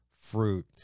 fruit